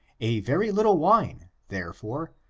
a very little wine, therefore,